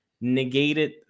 negated